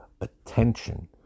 attention